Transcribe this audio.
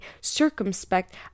circumspect